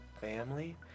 family